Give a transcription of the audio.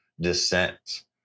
descent